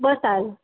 ॿ साल